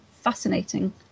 fascinating